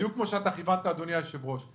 בדיוק כמו שכיוונת אדוני היושב-ראש,